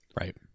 Right